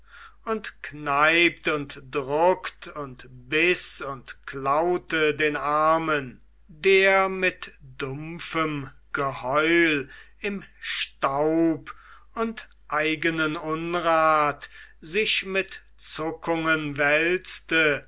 und kneipt und druckt und biß und klaute den armen der mit dumpfem geheul im staub und eigenen unrat sich mit zuckungen wälzte